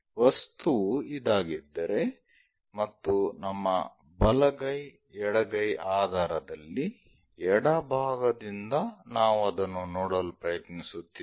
ವಸ್ತುವು ಇದಾಗಿದ್ದರೆ ಮತ್ತು ನಮ್ಮ ಬಲಗೈ ಎಡಗೈ ಆಧಾರದಲ್ಲಿ ಎಡಭಾಗದಿಂದ ನಾವು ಅದನ್ನು ನೋಡಲು ಪ್ರಯತ್ನಿಸುತ್ತಿದ್ದೇವೆ